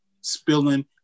spilling